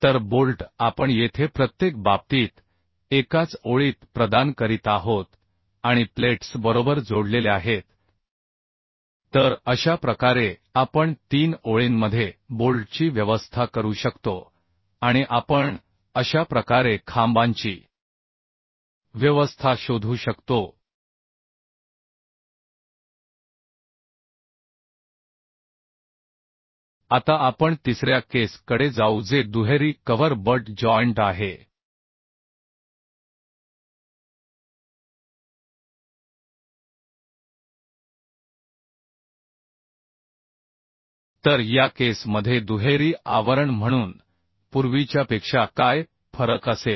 तर बोल्ट आपण येथे प्रत्येक बाबतीत एकाच ओळीत प्रदान करीत आहोत आणि प्लेट्स बरोबर जोडलेल्या आहेत तर अशा प्रकारे आपण तीन ओळींमध्ये बोल्टची व्यवस्था करू शकतो आणि आपण अशा प्रकारे खांबांची व्यवस्था शोधू शकतो आता आपण तिसऱ्या केस कडे जाऊ जे दुहेरी कव्हर बट जॉइंट आहे तर या केस मध्ये दुहेरी आवरण म्हणून पूर्वीच्यापेक्षा काय फरक असेल